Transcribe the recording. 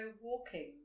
walking